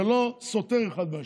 זה לא סותר אחד את השני.